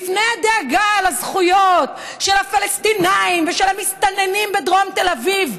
לפני הדאגה לזכויות של הפלסטינים ושל המסתננים בדרום תל אביב,